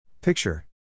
Picture